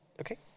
Okay